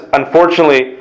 unfortunately